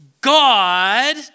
God